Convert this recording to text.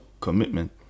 commitment